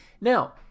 Now